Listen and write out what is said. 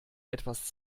etwas